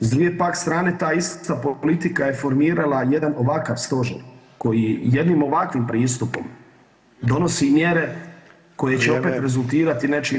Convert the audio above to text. S druge pak strane ta ista politika je formirala jedan ovakav stožer koji jednim ovakvim pristupom donosi mjere koje će opet rezultirati nečim.